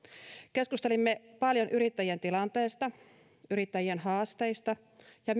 keskustelimme paljon yrittäjien tilanteesta yrittäjien haasteista ja